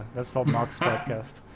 that's hallmarks podcast